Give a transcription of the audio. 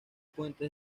puente